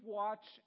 watch